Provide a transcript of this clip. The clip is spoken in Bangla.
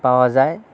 পাওয়া যায়